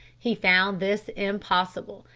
he found this impossible,